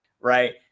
right